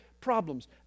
problems